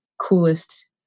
coolest